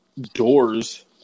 doors